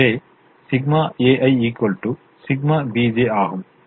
எனவே ∑ ai ∑ bj ஆகும்